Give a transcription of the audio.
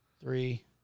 three